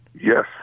Yes